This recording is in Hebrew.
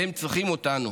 הם צריכים אותנו,